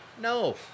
no